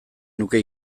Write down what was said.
nuke